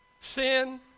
Sin